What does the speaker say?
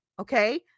Okay